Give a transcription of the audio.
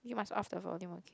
you must off the volume okay